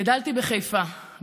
גדלתי בחיפה,